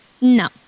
no